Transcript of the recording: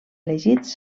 elegits